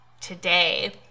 today